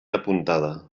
apuntada